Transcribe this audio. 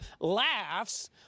laughs